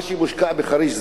מה שמושקע בחריש,